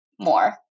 more